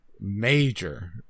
major